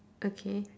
okay